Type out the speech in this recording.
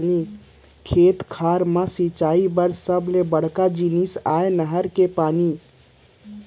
खेत खार म सिंचई बर सबले बड़का जिनिस आय नहर के पानी